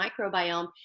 microbiome